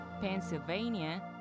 Pennsylvania